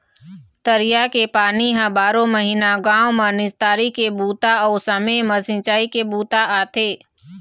तरिया के पानी ह बारो महिना गाँव म निस्तारी के बूता अउ समे म सिंचई के बूता आथे